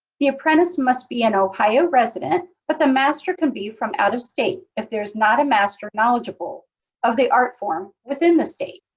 the apprentice must be an ohio resident, but the master can be from out of state if there's not a master knowledgeable of the art form within the state.